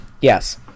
Yes